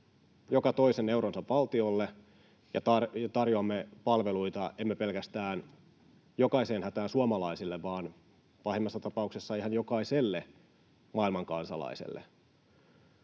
joka toisen euronsa valtiolle ja tarjoamme palveluita, emme pelkästään jokaiseen hätään suomalaisille, vaan pahimmassa tapauksessa ihan jokaiselle maailmankansalaiselle.